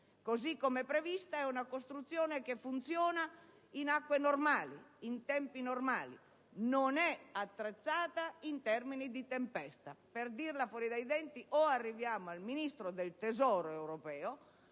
così come prevista, funziona in acque normali, in tempi normali, non è attrezzata in tempi di tempesta. Per dirla fuori dai denti, o arriviamo al Ministro del tesoro europeo,